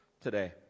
today